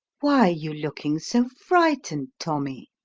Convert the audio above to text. why are you looking so frightened, tommy?